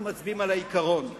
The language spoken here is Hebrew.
אנחנו מצביעים על העיקרון.